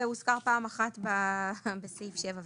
זה הוזכר פעם אחת בסעיף 7,